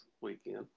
weekend